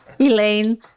Elaine